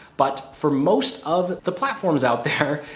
but for most of the platforms out there,